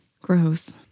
Gross